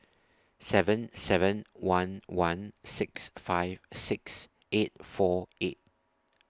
seven seven one one six five six eight four eight